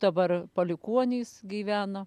dabar palikuonys gyvena